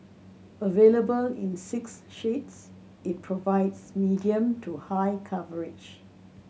available in six shades it provides medium to high coverage